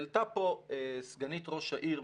העלתה פה סגנית ראש העיר,